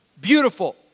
beautiful